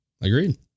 Agreed